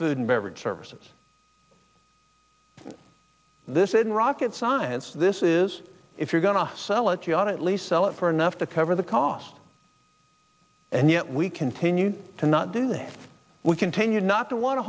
food and beverage services this isn't rocket science this is if you're going to sell it you ought at least sell it for enough to cover the cost and yet we continue to not do that if we continue not to want to